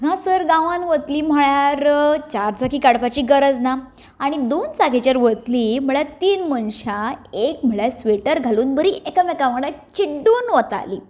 हांगासर गांवात वतली म्हणल्यार चारचाकी काडपाची गरज ना आनी दोन चाकीचेर वतलीं म्हळ्यार तीन मनशां एक म्हळ्यार स्वेटर घालून बरीं एकामेकां वांगडा चिडून वतालीं